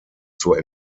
zur